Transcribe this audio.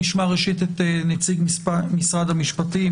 ראשית נשמע את נציג משרד המשפטים,